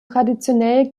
traditionell